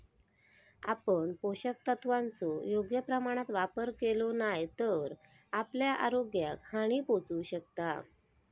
आपण पोषक तत्वांचो योग्य प्रमाणात वापर केलो नाय तर आपल्या आरोग्याक हानी पोहचू शकता